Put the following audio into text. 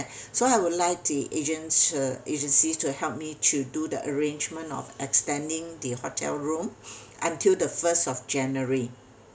so I would like the agent uh agencies to help me to do the arrangement of extending the hotel room until the first of january